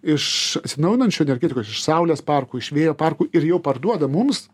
iš atsinaujinančių energetikos iš saulės parkų iš vėjo parkų ir jau parduoda mums